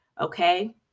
Okay